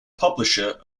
publisher